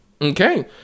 Okay